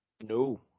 No